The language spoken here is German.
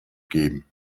geben